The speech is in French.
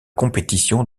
compétition